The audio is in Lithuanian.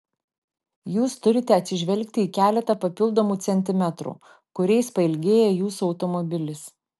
jūs turite atsižvelgti į keletą papildomų centimetrų kuriais pailgėja jūsų automobilis